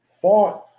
fought